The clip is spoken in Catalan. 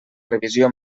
revisió